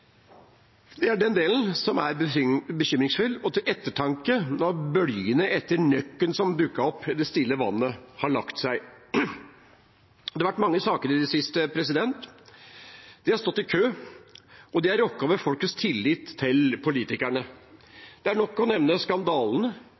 Det er den delen som er bekymringsfull og til ettertanke når bølgene etter nøkken som dukket opp i det stille vannet, har lagt seg. Det har vært mange saker i det siste. De har stått i kø, og de har rokket ved folkets tillit til politikerne.